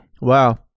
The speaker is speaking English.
Wow